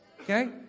Okay